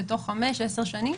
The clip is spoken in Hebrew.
בתוך חמש-עשר שנים,